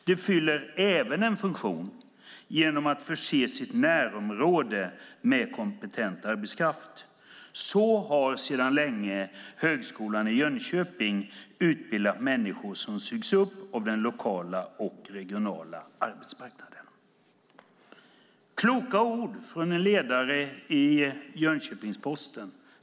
De fyller även en funktion genom att förse sitt närområde med kompetent arbetskraft. Så har sedan länge Högskolan i Jönköping utbildat människor som sugs upp av den lokala och regionala arbetsmarknaden." Det är kloka ord från en ledare i Jönköpings-Posten.